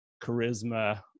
charisma